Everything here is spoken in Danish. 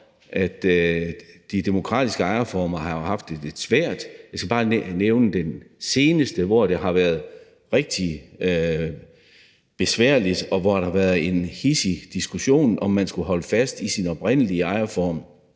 at de demokratiske ejerformer jo har haft det lidt svært. Jeg skal bare nævne det seneste eksempel, hvor det har været rigtig besværligt, og hvor der har været en hidsig diskussion af, om man skulle holde fast i sin oprindelige ejerform,